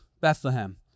Bethlehem